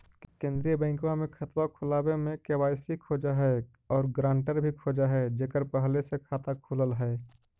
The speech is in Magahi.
केंद्रीय बैंकवा मे खतवा खोलावे मे के.वाई.सी खोज है और ग्रांटर भी खोज है जेकर पहले से खाता खुलल है?